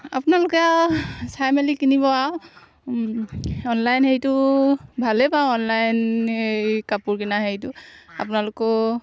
আপোনালোকে আৰু চাই মেলি কিনিব আৰু অনলাইন হেৰিটো ভালেই বাৰু অনলাইন এই কাপোৰ কিনা হেৰিটো আপোনালোকেও